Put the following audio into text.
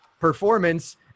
performance